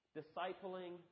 discipling